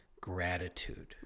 gratitude